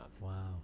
wow